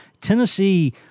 Tennessee